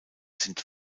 sind